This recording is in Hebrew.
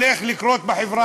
יש כבר בקשה